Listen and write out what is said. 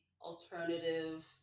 alternative